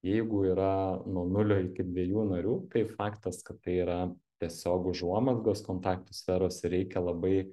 jeigu yra nuo nulio iki dviejų narių tai faktas kad tai yra tiesiog užuomazgos kontaktų sferos reikia labai